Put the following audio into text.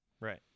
Right